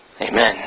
Amen